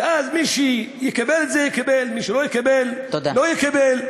ואז מי שיקבל את זה, יקבל, מי שלא יקבל, לא יקבל.